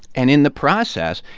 and in the process,